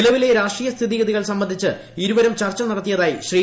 നില്പ്പിലെ രാഷ്ട്രീയ സ്ഥിതിഗതികൾ സംബന്ധിച്ച് ഇരുവരും ചർച്ച നടത്തിയതായി ശ്രീ